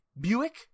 Buick